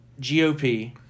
GOP